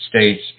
States